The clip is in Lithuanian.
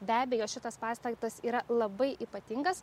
be abejo šitas pastatas yra labai ypatingas